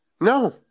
No